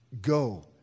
Go